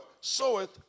soweth